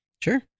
Sure